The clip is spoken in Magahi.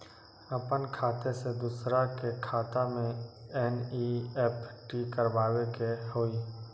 अपन खाते से दूसरा के खाता में एन.ई.एफ.टी करवावे के हई?